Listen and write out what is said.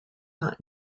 not